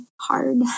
hard